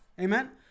Amen